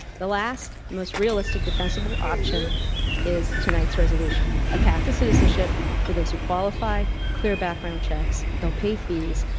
the last, most realistic defensible option is tonight's resolution a path to citizenship for those who qualify, clear background checks. they'll pay fees,